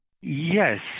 Yes